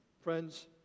Friends